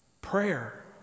Prayer